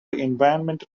environmental